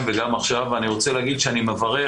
וגם עכשיו ואני רוצה להגיד שאני מברך,